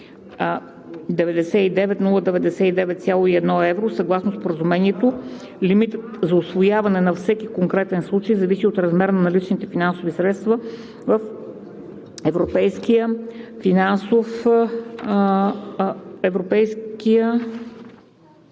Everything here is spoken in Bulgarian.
499 099,01 евро. Съгласно Споразумението, лимитът на усвояване за всеки конкретен случай зависи от размера на наличните финансови средства в Европейския фонд и тези,